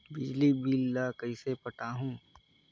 बिजली बिल ल कइसे पटाहूं?